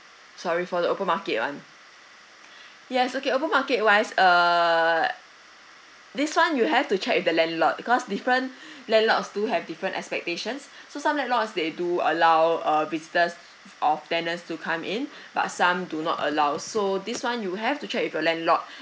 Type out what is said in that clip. sorry for the open market one yes okay open market wise err this one you have to check with the landlord because different landlords do have different expectations so some landlords they do allow uh visitors of tenants to come in but some do not allow so this one you have to check with your landlord